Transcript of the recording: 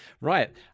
right